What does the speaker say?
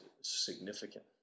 significant